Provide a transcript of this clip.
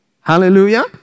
Hallelujah